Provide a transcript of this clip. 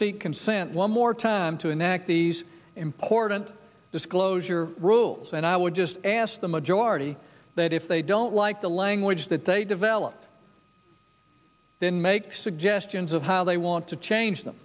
seek consent one more time to enact these important disclosure rules and i would just ask the majority that if they don't like the language that they develop then make suggestions of how they want to change them